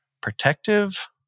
protective